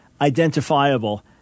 identifiable